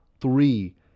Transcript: three